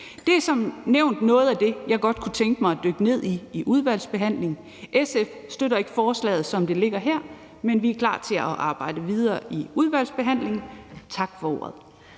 Det er som nævnt noget af det, jeg godt kunne tænke mig at dykke ned i i udvalgsbehandlingen. SF støtter ikke forslaget, som det ligger her, men vi er klar til at arbejde videre i udvalgsbehandlingen. Tak for ordet.